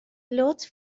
لطف